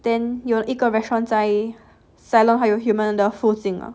then 有一个 restaurants 在 cylon 还有 human 的附近啊